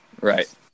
Right